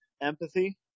empathy